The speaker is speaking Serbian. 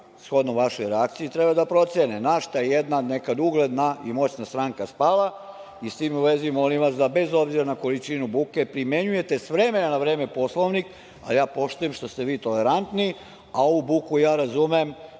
shodno vašoj reakciji, treba da procene na šta je jedna, nekada ugledna i moćna stranka, spala. S tim u vezi, bez obzira na količinu buke primenjujete s vremena na vreme Poslovnik, a ja poštujem što ste vi tolerantni. Ovu buku ja razumem,